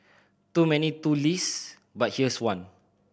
too many too list but here's one